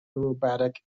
aerobatic